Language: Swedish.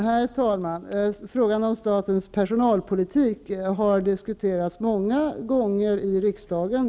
Herr talman! Frågan om statens personalpolitik har diskuterats många gånger i riksdagen.